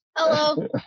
Hello